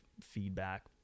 feedback